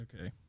Okay